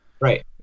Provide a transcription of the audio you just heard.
Right